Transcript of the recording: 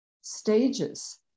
stages